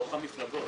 דוח המפלגות.